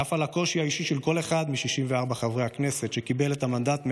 על אף הקושי האישי של כל אחד מ-64 חברי הכנסת שקיבלו את המנדט מהעם,